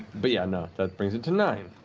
but, yeah, and that brings it to nine.